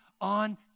on